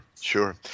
sure